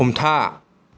हमथा